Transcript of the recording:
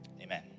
Amen